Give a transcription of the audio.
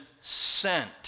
sent